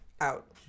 out